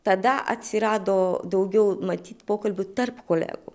tada atsirado daugiau matyt pokalbių tarp kolegų